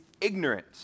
ignorant